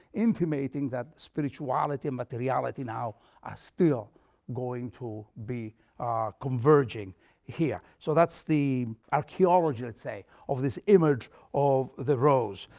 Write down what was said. intimating that spirituality and materiality now are still going to be converging here. so that's the archaeology, say, of this image of the rose.